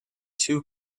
two